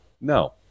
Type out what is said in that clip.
no